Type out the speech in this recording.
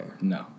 No